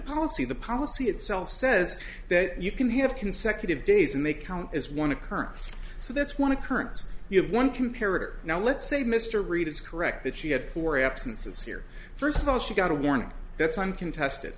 policy the policy itself says that you can have consecutive days and they count as one occurrence so that's one occurrence you have one comparative now let's say mr reed is correct that she had four absences here first of all she got a warning that's uncontested